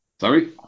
Sorry